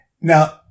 Now